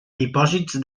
dipòsits